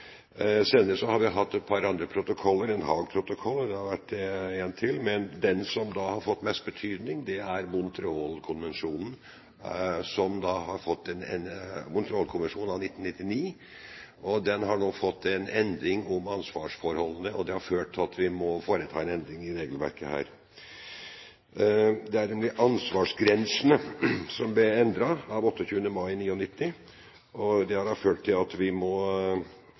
Senere har vi hatt et par andre protokoller, en Haag-protokoll, og det har vært én til. Men den som har fått mest betydning, er Montreal-konvensjonen av 1999, og den har nå fått en endring av ansvarsforholdene. Det har ført til at vi må foreta en endring i regelverket her. Ansvarsgrensene ble endret 28. mai 1999, og det har da ført til at vi må